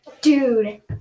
Dude